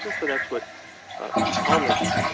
and so that's what p palmers.